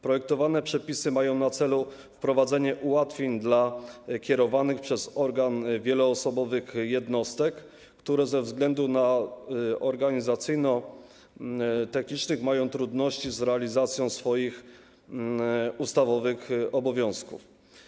Projektowane przepisy mają na celu wprowadzenie ułatwień dla kierowanych przez organ wieloosobowych jednostek, które ze względów organizacyjno-technicznych mają trudności z realizacją swoich ustawowych obowiązków.